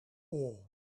all